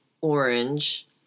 orange